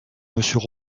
monsieur